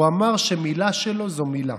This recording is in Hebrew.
הוא אמר שמילה שלו זו מילה.